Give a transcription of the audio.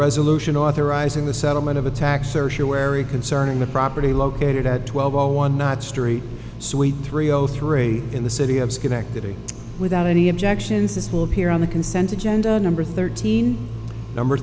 resolution authorizing the settlement of attacks or sure wary concerning the property located at twelve zero one not street suite three o three in the city of schenectady without any objections as will appear on the consent agenda number thirteen number